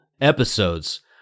episodes